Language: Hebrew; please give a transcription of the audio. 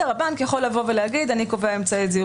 הבנק יכול להגיד: אני קובע אמצעי זיהוי,